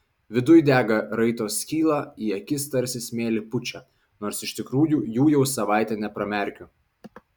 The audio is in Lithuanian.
viduj dega raitos skyla į akis tarsi smėlį pučia nors iš tikrųjų jų jau savaitė nepramerkiu